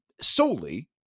solely